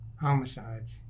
homicides